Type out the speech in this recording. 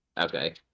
Okay